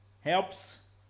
helps